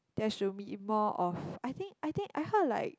there should be more of I think I think I heard like